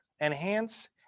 Enhance